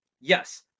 Yes